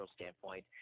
standpoint